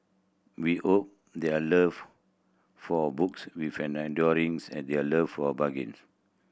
we hope their love for books with an enduring as their love for bargains